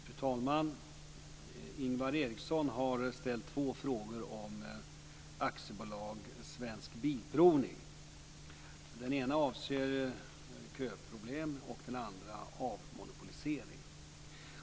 Fru talman! Ingvar Eriksson har ställt två frågor om AB Svensk Bilprovning. Den ena avser köproblem och den andra avmonopolisering.